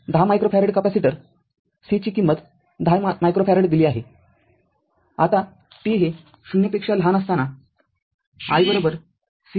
१० microfarad capacitor C ची किंमत १० microfarad दिली आहे आता t हे ० पेक्षा लहान असताना i C dvdt